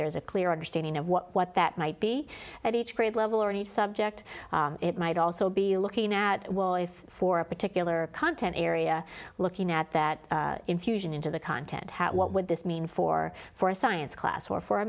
there's a clear understanding of what that might be at each grade level already subject it might also be looking at for a particular content area looking at that infusion into the content what would this mean for for a science class or for a